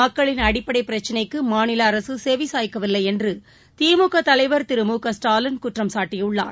மக்களின் அடிப்படைபிரச்சினைக்குமாநிலஅரசுசெவிசாய்க்கவில்லைஎன்றுதிமுகதலைவா் திரு மு க ஸ்டாலின் குற்றம்சாட்டியுள்ளார்